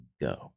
go